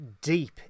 deep